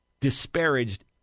disparaged